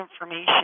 information